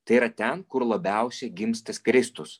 tai yra ten kur labiausiai gims tas kristus